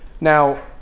Now